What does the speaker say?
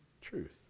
Truth